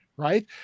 Right